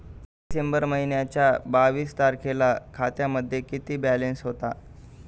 डिसेंबर महिन्याच्या बावीस तारखेला खात्यामध्ये किती बॅलन्स होता?